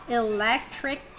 electric